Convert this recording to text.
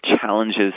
challenges